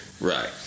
right